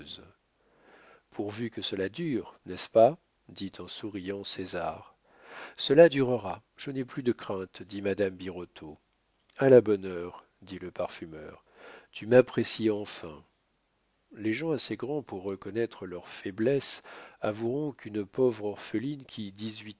pourvu que cela dure n'est-ce pas dit en souriant césar cela durera je n'ai plus de crainte dit madame birotteau a la bonne heure dit le parfumeur tu m'apprécies enfin les gens assez grands pour reconnaître leurs faiblesses avoueront qu'une pauvre orpheline qui